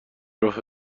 راه